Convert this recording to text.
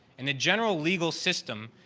in a general legal system,